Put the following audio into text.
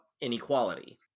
inequality